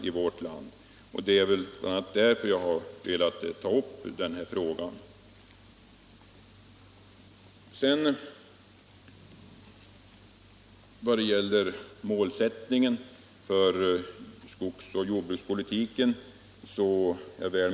Det är bl.a. därför som jag har velat ta upp den här frågan. Jag är väl medveten om att det kommer nya målsättningar för skogsoch jordbrukspolitiken.